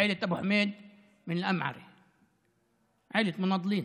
באמת נבוך בשביל מדינת ישראל, אני נבוך,